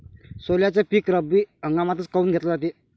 सोल्याचं पीक रब्बी हंगामातच काऊन घेतलं जाते?